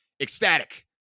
ecstatic